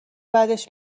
بعدش